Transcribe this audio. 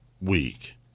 week